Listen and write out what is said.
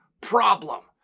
problem